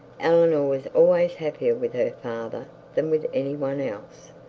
eleanor was always happier with her father than with any one else.